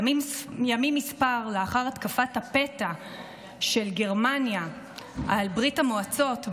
ימים מספר לאחר התקפת הפתע של גרמניה על ברית המועצות,